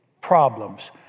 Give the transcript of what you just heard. problems